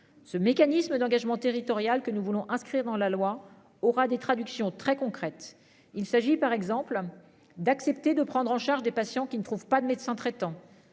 ce mécanisme d'engagement territorial que nous voulons inscrire dans la loi aura des traductions très concrètes. Il s'agit par exemple d'accepter de prendre en charge des patients qui ne trouvent pas de médecin traitant.